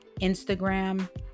Instagram